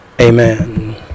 Amen